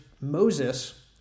Moses